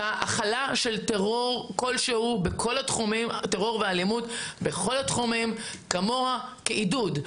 הכלה של טרור כלשהו בכל התחומים, כמוה כעידוד.